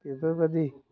बेफोरबायदि